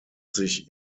sich